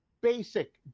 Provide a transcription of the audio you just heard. basic